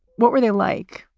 what were they like?